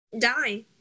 Die